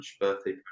birthday